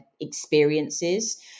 experiences